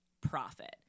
profit